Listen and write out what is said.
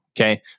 Okay